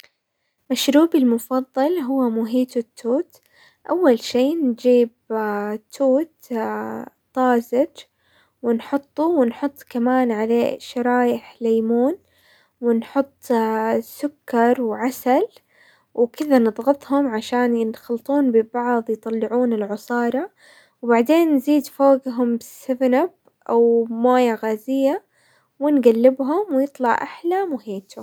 مشروبي المفضل هو مهيتو التوت، اول شي نجيب توت طازج ونحطه، ونحط كمان عليه شرايح ليمون، ونحط ا سكر، وعسل، وكذا نضغطهم عشان ينخلطون ببعض، يطلعون العصارة، وبعدين نزيد فوقهم سفن اب او موية غازية، ونقلبهم ويطلع احلى موهيتو.